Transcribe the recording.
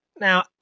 Now